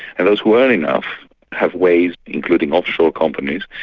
and those who earn enough have ways, including off-shore companies,